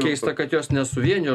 keista kad jos nesuvienijo